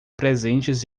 presentes